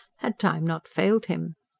had time not failed him.